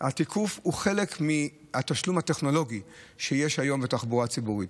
התיקוף הוא חלק מהתשלום הטכנולוגי שיש היום בתחבורה הציבורית.